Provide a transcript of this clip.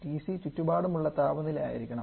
TC ചുറ്റുപാടുമുള്ള താപനില ആയിരിക്കണം